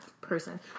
person